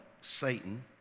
Satan